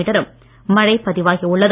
மீட்டரும் மழை பதிவாகி உள்ளது